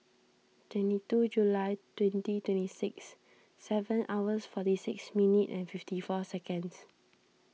twenty two July twenty twenty six seven hours forty six minute and fifty four seconds